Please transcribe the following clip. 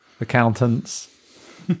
Accountants